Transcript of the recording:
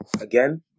Again